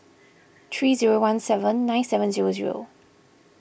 three zero one seven nine seven zero zero